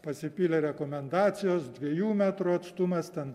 pasipylė rekomendacijos dviejų metrų atstumas ten